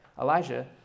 Elijah